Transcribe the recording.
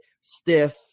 stiff